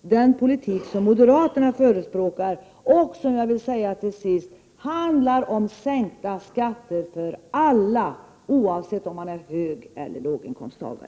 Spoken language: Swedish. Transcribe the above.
Det är den politik som moderaterna förespråkar, och den handlar — det vill jag säga till sist — om sänkta skatter för alla, oavsett om man är högeller låginkomsttagare.